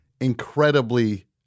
incredibly